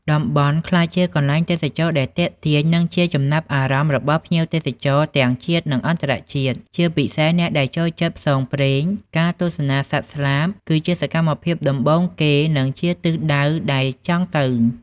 តំបន់់ក្លាយជាកន្លែងទេសចរដែលទាក់ទាញនិងជាចំណាប់អារម្មណ៍របស់ភ្ញៀវទេសចរទាំងជាតិនិងអរន្តជាតិជាពិសេសអ្នកដែលចូលចិត្តផ្សងព្រេង ការទស្សនាសត្វស្លាបគឺជាសកម្មភាពដំបូងគេនិងជាទិសដៅដែលជាចង់ទៅ។